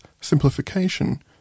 simplification